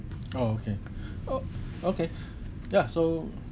oh okay o~ okay ya so